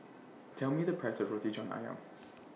Tell Me The Price of Roti John Ayam